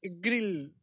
grill